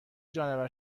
جانور